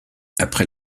après